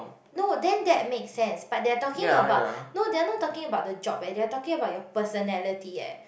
no then that makes sense but they are talking about no they are not talking about the job eh they are talking about your personality eh